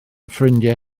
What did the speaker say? ffrindiau